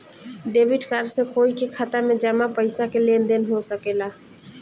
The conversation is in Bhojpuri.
डेबिट कार्ड से कोई के खाता में जामा पइसा के लेन देन हो सकेला